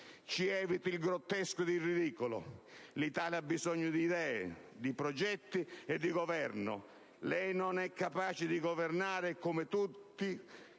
Ci eviti il grottesco ed il ridicolo! L'Italia ha bisogno di idee, di progetti e di governo. Lei non è capace di governare e, come tutti